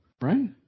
Right